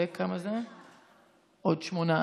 זה עוד שמונה.